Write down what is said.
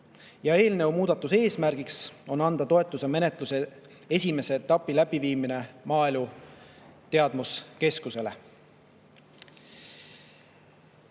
Eelnõu muudatuse eesmärk on anda toetuse menetluse esimese etapi läbiviimine Maaelu Teadmuskeskusele. Teiseks